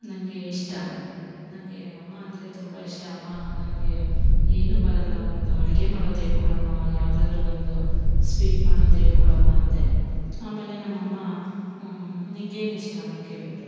ನನಗೆ ಇಷ್ಟ ನನಗೆ ಅಮ್ಮ ಅಂದರೆ ತುಂಬ ಇಷ್ಟ ಅಮ್ಮ ನನಗೆ ಏನು ಬರಲ್ಲ ಒಂದು ಅಡಿಗೆ ಮಾಡೋದೇಳ್ಕೊಡಮ್ಮ ಯಾವುದಾದ್ರೂ ಒಂದು ಸ್ವೀಟ್ ಮಾಡೋದೇಳ್ಕೊಡಮ್ಮ ಅಂದೆ ಆಮೇಲೆ ನಮ್ಮಅಮ್ಮ ನಿಂಗೇನು ಇಷ್ಟ ಅಂತ ಕೇಳಿದ್ರು